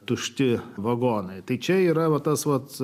tušti vagonai tai čia yra tas vat